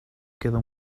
queda